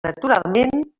naturalment